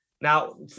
Now